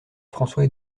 françois